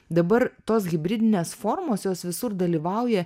dabar tos hibridinės formos jos visur dalyvauja